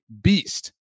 beast